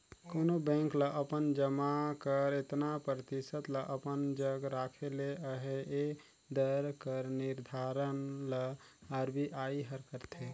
कोनो बेंक ल अपन जमा कर एतना परतिसत ल अपन जग राखे ले अहे ए दर कर निरधारन ल आर.बी.आई हर करथे